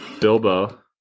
Bilbo